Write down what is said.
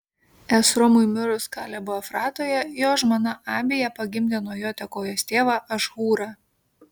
esromui mirus kalebo efratoje jo žmona abija pagimdė nuo jo tekojos tėvą ašhūrą